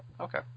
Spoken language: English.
Okay